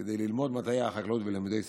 כדי ללמוד מדעי החקלאות ולימודי סביבה.